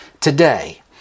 today